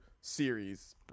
series –